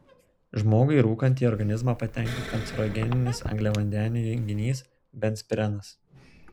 žmogui rūkant į organizmą patenka kancerogeninis angliavandenių junginys benzpirenas